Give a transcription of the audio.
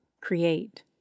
Create